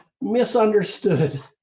misunderstood